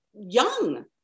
young